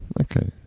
Okay